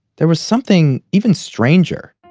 there was something even stranger.